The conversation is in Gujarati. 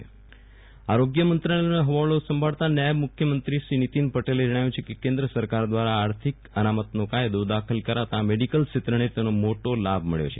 વિરલ રાણા આરોગ્યમંત્રી વિધાનસભા આરોગ્ય મંત્રાલયનો હવાલો સંભાળતા નાયબ મુખ્યમંત્રી શ્રી નિતિન પટેલે જણાવ્યું છે કે કેન્દ્ર સરકાર દ્વારા આર્થિક અનામતનો કાયદો દાખલ કરાતાં મેડિકલ ક્ષેત્રને તેનો મોટો લાભ મળ્યો છે